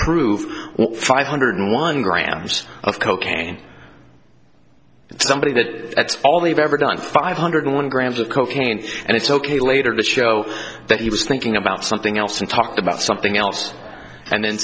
what five hundred one grams of cocaine somebody that that's all they've ever done five hundred one grams of cocaine and it's ok later to show that he was thinking about something else and talked about something else and then